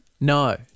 No